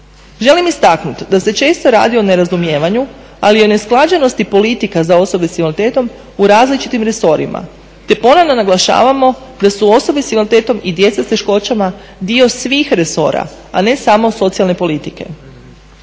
Želim istaknuti da se često radi o nerazumijevanju, ali i o neusklađenosti politika za osobe sa invaliditetom u različitim resorima, te ponovno naglašavamo da su osobe sa invaliditetom i djeca s teškoćama dio svih resora, a ne samo socijalne politike.